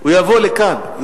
הוא יבוא לכאן בחזרה,